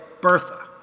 bertha